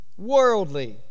worldly